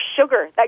sugar